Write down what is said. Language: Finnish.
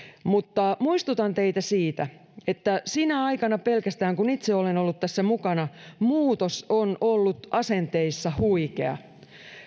mutta muistutan teitä siitä että pelkästään sinä aikana kun itse olen ollut tässä mukana muutos on ollut asenteissa huikea